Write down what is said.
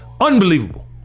unbelievable